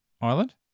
Ireland